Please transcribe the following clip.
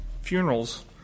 funerals